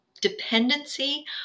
dependency